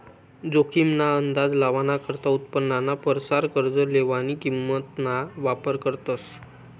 जोखीम ना अंदाज लावाना करता उत्पन्नाना परसार कर्ज लेवानी किंमत ना वापर करतस